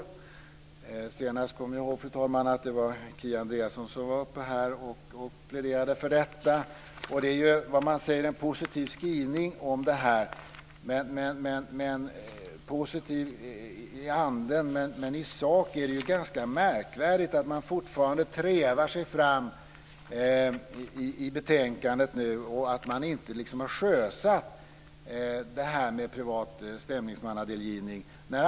Nu senast kommer jag ihåg att Kia Andreasson var uppe och pläderade för saken. Det finns en positiv skrivning om detta, men bara i anden. I sak är det ganska märkvärdigt att man fortfarande trevar sig fram i betänkandet och inte har sjösatt det här med privat stämningsmannadelgivning.